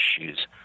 issues